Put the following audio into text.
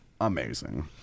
amazing